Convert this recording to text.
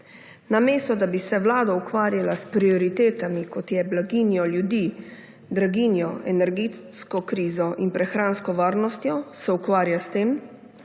Namesto da bi se vlada ukvarjala s prioritetami, kot so blaginja ljudi, draginja, energetska kriza in prehranska varnost, se ukvarja s tem,